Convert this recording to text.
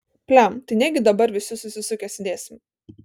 pliam tai negi dabar visi susisukę sėdėsim